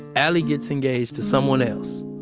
allie gets engaged to someone else,